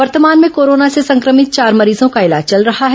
वर्तमान में कोरोना से संक्रेमित चार मरीजों का इलाज चल रहा है